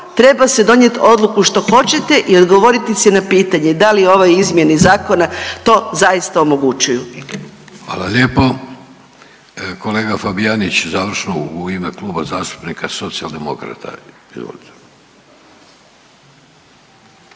treba se donijeti odluku što hoćete i odgovoriti si na pitanje da li u ovoj izmjeni zakona to zaista omogućuju? **Vidović, Davorko (Socijaldemokrati)** Hvala lijepo. Kolega Fabijanić završno u ime Kluba zastupnika Socijaldemokrata. Izvolite.